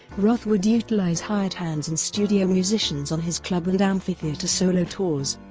roth would utilize hired-hands and studio musicians on his club and amphitheater solo tours.